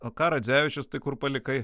o ką radzevičius tai kur palikai